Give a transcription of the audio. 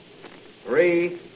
three